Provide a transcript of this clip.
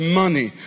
money